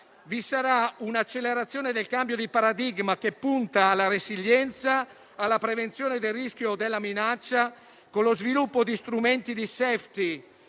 vi sarà un'accelerazione del cambio di paradigma, che punta alla resilienza, alla prevenzione del rischio e della minaccia, con lo sviluppo di strumenti di *safety*,